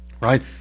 Right